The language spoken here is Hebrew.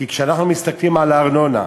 כי כשאנחנו מסתכלים על הארנונה,